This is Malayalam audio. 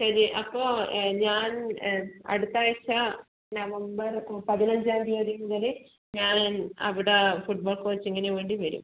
ശരി അപ്പോൾ ഞാൻ അടുത്താഴ്ച നവംബർ പതിനഞ്ചാം തീയ്യതി മുതൽ ഞാൻ അവിടെ ഫുട്ബോൾ കോച്ചിംഗിന് വേണ്ടി വരും